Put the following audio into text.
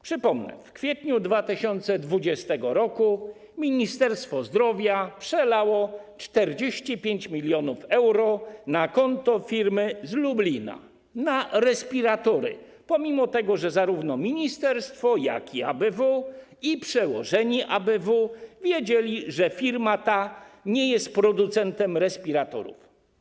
Przypomnę, że w kwietniu 2020 r. Ministerstwo Zdrowia przelało 45 mln euro na konto firmy z Lublina na respiratory, mimo że zarówno ministerstwo, ABW, jak i przełożeni ABW wiedzieli, że firma ta nie jest producentem respiratorów.